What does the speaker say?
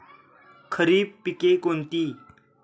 खरीप पिके कोणती?